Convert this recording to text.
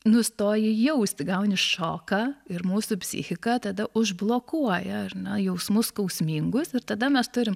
nustoji jausti gauni šoką ir mūsų psichika tada užblokuoja ar na jausmus skausmingus ir tada mes turim